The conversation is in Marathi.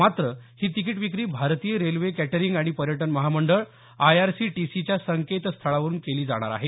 मात्र ही तिकिट विक्री भारतीय रेल्वे कॅटरींग आणि पर्यटन महामंडळ आयआरसीटीसीच्या संकेतस्थळावरून केली जाणार आहे